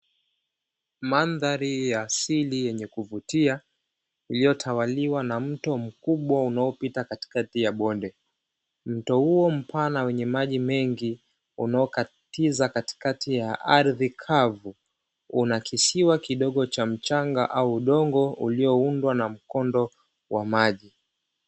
Mandhari ya asili yenye kuvutia iliyotawaliwa na mto mkubwa unaopita katika bonde, mto huo mpana wenye maji mengi unaokatiza katikati ya ardhi kavu, unakisiwa kidogo cha mchanga au udongo ulioundwa na mkondo wa maji.